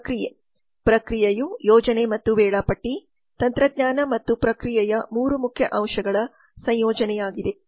ಪ್ರಕ್ರಿಯೆ ಪ್ರಕ್ರಿಯೆಯು ಯೋಜನೆ ಮತ್ತು ವೇಳಾಪಟ್ಟಿ ತಂತ್ರಜ್ಞಾನ ಮತ್ತು ಪ್ರತಿಕ್ರಿಯೆಯ 3 ಮುಖ್ಯ ಅಂಶಗಳ ಸಂಯೋಜನೆಯಾಗಿದೆ